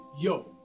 yo